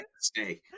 stay